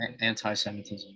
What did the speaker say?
Anti-Semitism